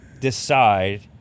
decide